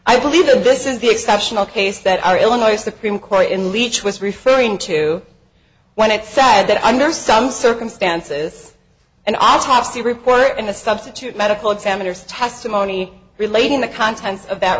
i believe that this is the exceptional case that our illinois supreme court in leach was referring to when it's sad that under some circumstances and i'll talk to a reporter and a substitute medical examiners testimony relating the contents of that